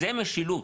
זה משילות.